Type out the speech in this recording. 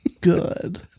Good